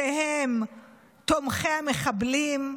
שהם תומכי המחבלים,